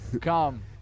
Come